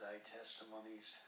testimonies